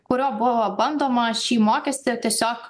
kuriuo buvo bandoma šį mokestį tiesiog